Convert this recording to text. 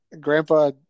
grandpa